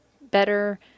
better